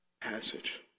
passage